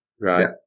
Right